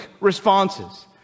responses